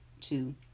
two